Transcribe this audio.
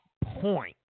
point